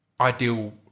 ideal